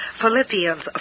Philippians